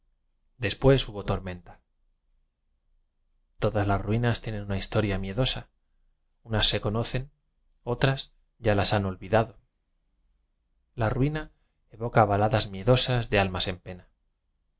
después hubo to rm e n ta todas las ruinas tienen una historia mie dosa unas se conocen otras ya las han olvidado la ruina evoca baladas miedosas de al mas en